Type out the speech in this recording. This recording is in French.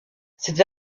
cette